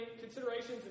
Considerations